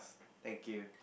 thank you